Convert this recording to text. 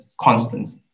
constants